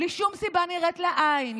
בלי שום סיבה נראית לעין,